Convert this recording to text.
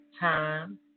time